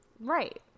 Right